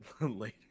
Later